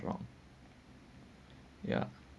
ya